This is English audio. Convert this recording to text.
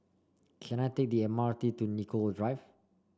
can I take the M R T to Nicoll Drive